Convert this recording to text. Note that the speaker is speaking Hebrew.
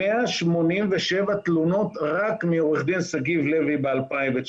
187 תלונות רק מעו"ד שגיב לוי ב-2019,